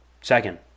second